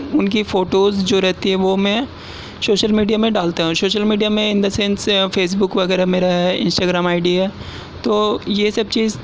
ان کی فوٹوز جو رہتی ہے وہ میں سوشل میڈیا میں ڈالتا ہوں سوشل میڈیا میں in the sense Facebook وغیرہ میرا ہے انسٹاگرام آئی ڈی ہے تو یہ سب چیز